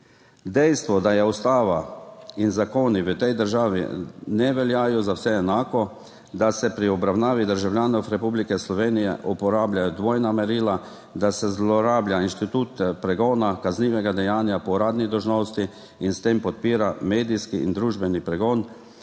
Dejstvo je, da ustava in zakoni v tej državi ne veljajo za vse enako, da se pri obravnavi državljanov Republike Slovenije uporabljajo dvojna merila, da se zlorablja institut pregona kaznivega dejanja po uradni dolžnosti in s tem podpira medijski in družbeni pregon